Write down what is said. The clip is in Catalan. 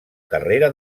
carrera